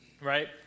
right